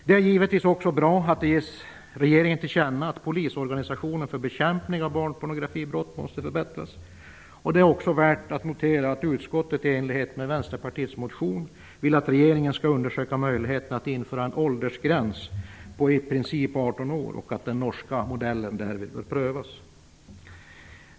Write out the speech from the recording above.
Det är givetvis också bra att det ges regeringen till känna att polisorganisationen för bekämpning av barnpornografibrott måste förbättras. Det är också värt att notera att utskottet i enlighet med Vänsterpartiets motion vill att regeringen skall undersöka möjligheterna att införa en åldersgräns på i princip 18 år och att den norska modellen därvid bör prövas.